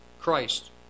Christ